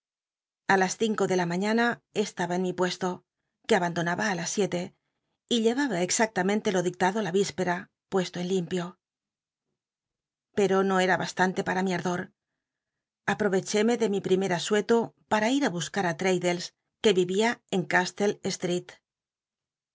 a las cinco de la mañana estaba p n mi puesto que abandonaba alas siete ylleyaba exactamente lo dictado la yíspera puesto en limpio pero no era bastante para mi al'do i aprovochéme de mi primer asueto para ir á buscar á traddlcs que vivia en caslle streel